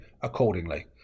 accordingly